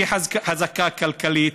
שהיא חזקה כלכלית,